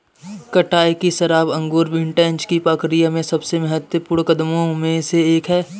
कटाई की शराब अंगूर विंटेज की प्रक्रिया में सबसे महत्वपूर्ण कदमों में से एक है